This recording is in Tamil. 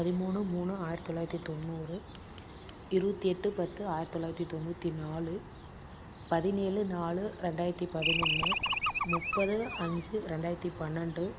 பதிமூணு மூணு ஆயிரத்தி தொள்ளாயிரத்தி தொண்ணூறு இருபத்தி எட்டு பத்து ஆயிரத்தி தொள்ளாயிரத்தி தொண்ணூத்தி நாலு பதினேழு நாலு ரெண்டாயிரத்தி பதினொன்று முப்பது அஞ்சு ரெண்டாயிரத்தி பன்னெண்டு